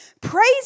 Praise